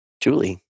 Julie